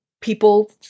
people